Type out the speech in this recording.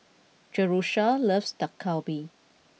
Jerusha loves Dak Galbi